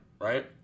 right